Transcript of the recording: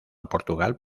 portugal